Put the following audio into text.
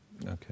Okay